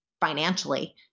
financially